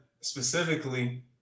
specifically